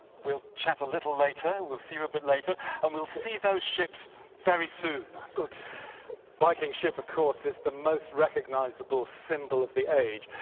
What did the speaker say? we'll chat a little later, we'll see you a bit later and we'll see those ships very soon good! the viking ship of course is the most recognizable symbol of the age,